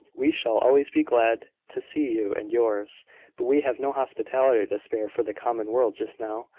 we shall always be glad to see you and yours but we have no hospitality to spare for the common world just now.